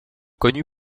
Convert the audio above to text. connu